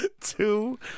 two